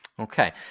Okay